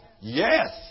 Yes